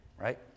right